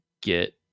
get